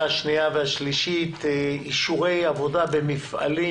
שנייה ושלישית: אישורי עבודה במפעלים,